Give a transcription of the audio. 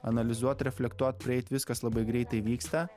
analizuot reflektuot prieit viskas labai greitai vyksta